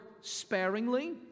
sparingly